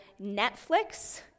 Netflix